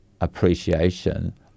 appreciation